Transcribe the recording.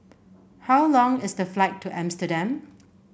how long is the flight to Amsterdam